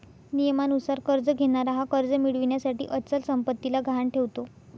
नियमानुसार कर्ज घेणारा हा कर्ज मिळविण्यासाठी अचल संपत्तीला गहाण ठेवतो